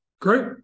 Great